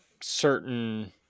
certain